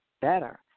better